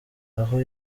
aho